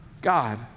God